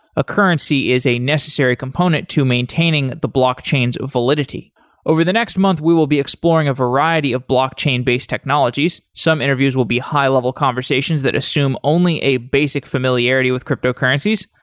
a currency is a necessary component to maintaining the blockchain's validity over the next month, we will be exploring a variety of blockchain-based technologies. some interviews will be high-level conversations that assume only a basic familiarity with cryptocurrencies.